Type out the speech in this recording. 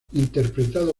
interpretado